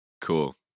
Cool